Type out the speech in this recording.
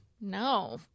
No